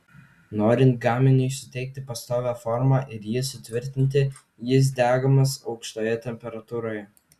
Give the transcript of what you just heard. norint gaminiui suteikti pastovią formą ir jį sutvirtinti jis degamas aukštoje temperatūroje